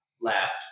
Laughed